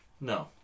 No